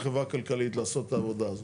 החברה הכלכלית, לעשות את העבודה הזאת.